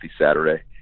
Saturday